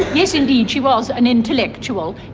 yes, indeed she was an intellectual.